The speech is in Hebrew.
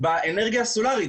באנרגיה הסולרית.